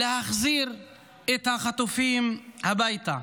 להחזיר את החטופים הביתה.